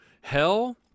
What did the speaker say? hell